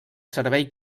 servei